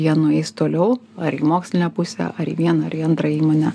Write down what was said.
jie nueis toliau ar į mokslinę pusę ar į vieną ar į antrą įmonę